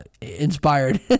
inspired